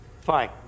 Fine